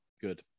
Good